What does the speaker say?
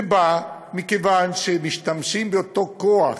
זה נעשה מכיוון שמשתמשים באותו כוח